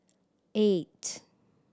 eight